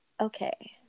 okay